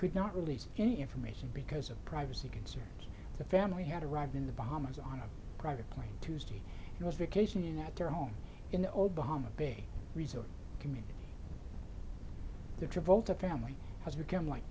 could not release any information because of privacy concerns the family had arrived in the bahamas on a private plane tuesday and was vacationing at their home in the old bahama big resort community the travolta family has become like